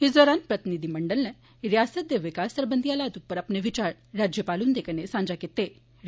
इस दौरान प्रतिनिधिमंडल नै रियासत दे विकास सरबंधी हालात उप्पर अपने विचार राज्यपाल हुन्दे कन्नै सांझा कीत्ता